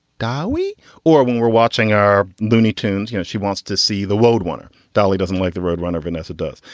dolly or we were watching our looney tunes. you know, she wants to see the woad wonder. dolly doesn't like the road runner. vanesa does,